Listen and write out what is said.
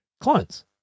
clients